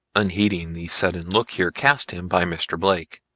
unheeding the sudden look here cast him by mr. blake,